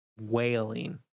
wailing